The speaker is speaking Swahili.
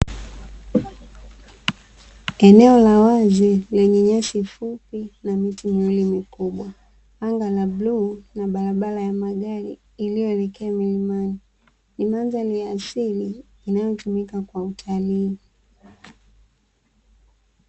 Eneo la wazi lenye nyasi fupi, na miti miwili mikubwa, anga la bluu na barabara ya magari iliyoelekea milimani. Ni mandhari ya asili, inayotumika kwa utalii.